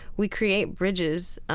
we create bridges,